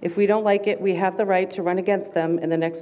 if we don't like it we have the right to run against them in the next